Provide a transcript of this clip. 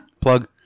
Plug